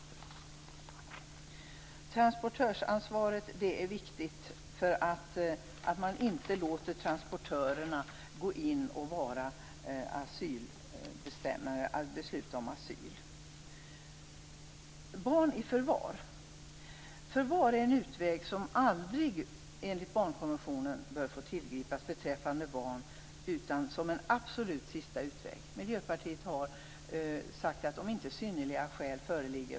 I fråga om transportörsansvaret är det viktigt att man inte låter transportörerna gå in och besluta om asyl. Jag vill också ta upp det här med barn i förvar. Förvar av barn är enligt barnkonventionen en utväg som aldrig bör tillgripas utom som en absolut sista utväg. Miljöpartiet har sagt att detta skall gälla om inte synnerliga skäl föreligger.